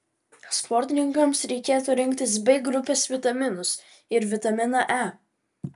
sportininkams reikėtų rinktis b grupės vitaminus ir vitaminą e